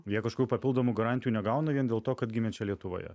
jie kažkokių papildomų garantijų negauna vien dėl to kad gimė čia lietuvoje